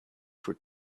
for